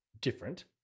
different